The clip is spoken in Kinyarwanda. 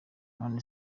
none